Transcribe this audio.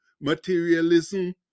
materialism